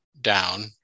down